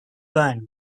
brand